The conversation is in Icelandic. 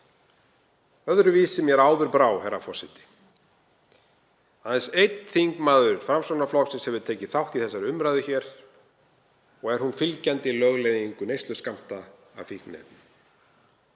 Öðruvísi mér áður brá, herra forseti. Aðeins einn þingmaður Framsóknarflokksins hefur tekið þátt í þessari umræðu hér og er hún fylgjandi lögleiðingu neysluskammta af fíkniefnum.